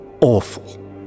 awful